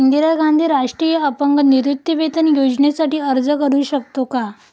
इंदिरा गांधी राष्ट्रीय अपंग निवृत्तीवेतन योजनेसाठी अर्ज करू शकतो का?